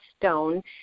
stone